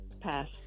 Pass